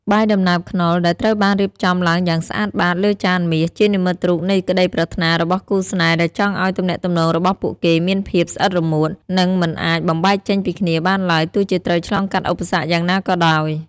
បាយដំណើបខ្នុរដែលត្រូវបានរៀបចំឡើងយ៉ាងស្អាតបាតលើចានមាស ជានិមិត្តរូបនៃក្តីប្រាថ្នារបស់គូស្នេហ៍ដែលចង់ឱ្យទំនាក់ទំនងរបស់ពួកគេមានភាព «ស្អិតរមួត» និងមិនអាចបំបែកចេញពីគ្នាបានឡើយ ទោះជាត្រូវឆ្លងកាត់ឧបសគ្គយ៉ាងណាក៏ដោយ។